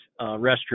restroom